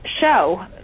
show